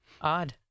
Odd